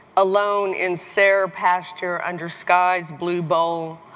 alone in sere pasture under sky's blue bowl,